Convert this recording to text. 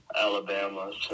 Alabama